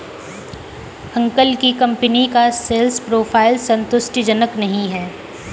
uncle की company का sales profile संतुष्टिजनक नही है